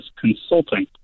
consulting